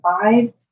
five